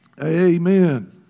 Amen